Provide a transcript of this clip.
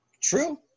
True